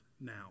now